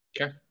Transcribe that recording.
Okay